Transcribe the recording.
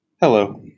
Hello